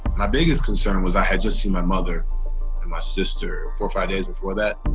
my biggest concern was i had just seen my mother and my sister four or five days before that.